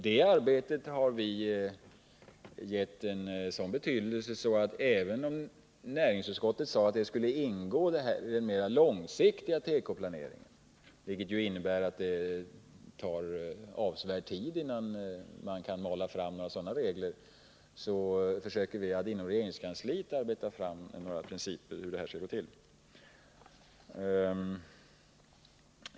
Det arbetet har vi tillmätt en sådan betydelse att vi — även om näringsutskottet sade att det skulle ingå i den mer långsiktiga tekoplaneringen, vilket ju innebär att det tar avsevärd tid innan man kan mala fram några sådana regler — inom regeringskansliet försöker arbeta fram några principer om hur det här skall gå till.